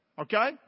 Okay